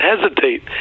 hesitate